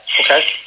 Okay